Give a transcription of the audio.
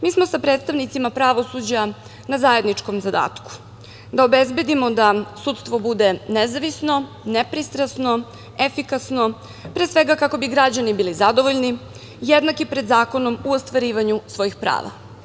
Mi smo sa predstavnicima pravosuđa na zajedničkom zadatku, da obezbedimo da sudstvo bude nezavisno, nepristrasno, efikasno pre svega kako bi građani bili zadovoljni, jednaki pred zakonom u ostvarivanju svojih prava.